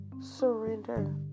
Surrender